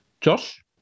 Josh